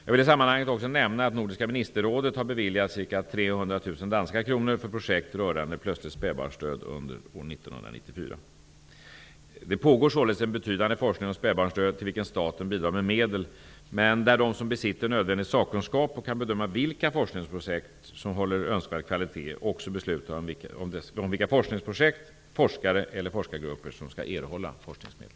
Jag vill i detta sammanhang också nämna att Nordiska ministerrådet har beviljat ca 300 000 Det pågår således en betydande forskning om spädbarnsdöd till vilken staten bidrar med medel, men där de som besitter nödvändig sakkunskap och kan bedöma vilka forskningsprojekt som håller önskvärd kvalitet också beslutar om vilka forskningsprojekt, forskare eller forskargrupper som skall erhålla forskningsmedel.